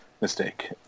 mistake